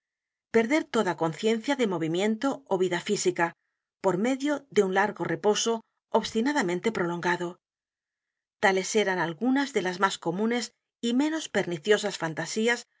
perder toda conciencia de movimiento ó vida física por medio de u n largo reposo obstinadamente p r o l o n g a d o tales eran algunas de las m á s comunes y menos perniciosas fantasías